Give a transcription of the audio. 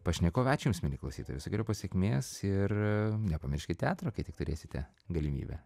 pašnekovė aš jums mieli klausytojai visokeriopos sėkmės ir nepamirškit teatro kai tik turėsite galimybę